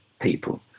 people